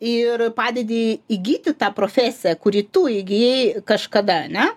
ir padedi įgyti tą profesiją kurį tu įgijai kažkada ane